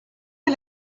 est